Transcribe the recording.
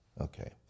Okay